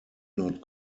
not